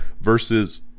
Versus